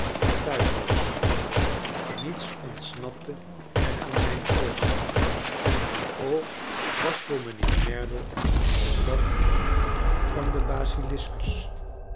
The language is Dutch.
thuis was niets ontsnapte er aan zijn oog en dat oog was voor mijnheer merdle als dat van den